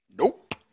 Nope